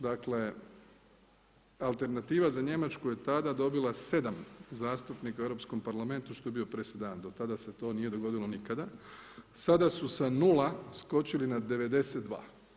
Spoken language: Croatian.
Dakle, alternativu za Njemačku je ta je dobila 7 zastupnika u Europskom parlamentu što je bio presedan, do tada se to nije dogodilo nikada, sada su sa nula skočili na 92.